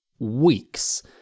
Weeks